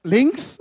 Links